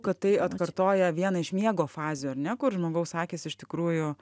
kad tai atkartoja vieną iš miego fazių ar ne kur žmogaus akys iš tikrųjų